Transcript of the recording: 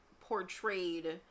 portrayed